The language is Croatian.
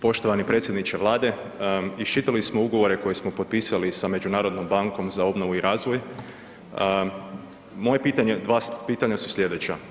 Poštovani predsjedniče Vlade iščitali smo ugovore koje smo potpisali sa Međunarodnom bankom za obnovu i razvoj, moje pitanje, 2 pitanja su slijedeća.